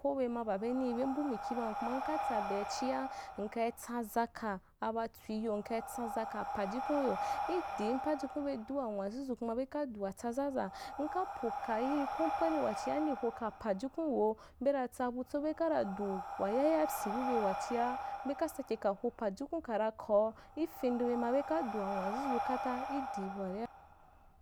Ko bema babe nii be mbu mikia bam kuma nkatsa be achia nkai tsazaka abatsuiyə nkai tsa zaka pajukunya, idim pajukun be dua n wazuzu kuma beka dua tsazaza, nkapo ka yirì company wachia ndi hoka pajukun weu beta tsabutso bekara du wayayaipyia bube wachi beka seke ka ho pajukun kara kau, ifendoba ma beka du wa nwazuzu kafa idi buaria,